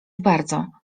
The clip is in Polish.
bardzo